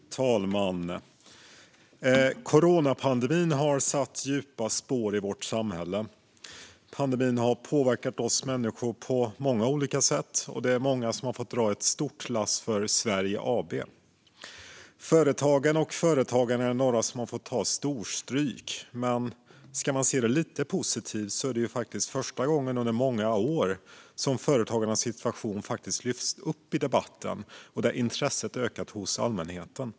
Fru talman! Coronapandemin har satt djupa spår i vårt samhälle. Pandemin har påverkat oss människor på många olika sätt, och många har fått dra ett stort lass för Sverige AB. Företagen och företagarna är några som har fått ta storstryk. Men ska man se det lite positivt är det första gången på många år som företagarnas situation faktiskt lyfts upp i debatten och där intresset ökat hos allmänheten.